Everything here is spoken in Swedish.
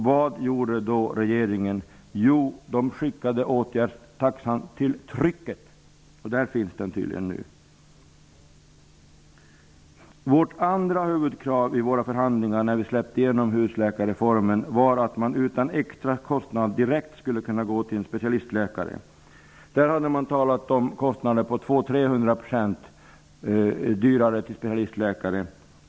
Vad gjorde då regeringen? Jo, den skickade åtgärdstaxan till trycket. Där finns den tydligen nu. Vårt andra huvudkrav i förhandlingarna när vi släppte igenom husläkarreformen var att patienten utan extra kostnad skulle kunna direkt gå till en specialistläkare. Under ärendets gång hade man talat om att det skulle bli 200-300 % dyrare att gå till specialistläkare.